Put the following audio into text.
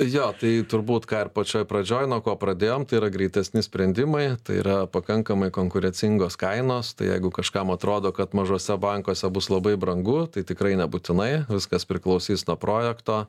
jo tai turbūt ką ir pačioj pradžioj nuo ko pradėjom tai yra greitesni sprendimai tai yra pakankamai konkurencingos kainos tai jeigu kažkam atrodo kad mažuose bankuose bus labai brangu tai tikrai nebūtinai viskas priklausys nuo projekto